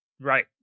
right